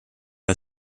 are